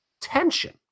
tension